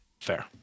Fair